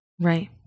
Right